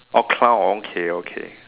orh clown okay okay